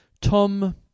Tom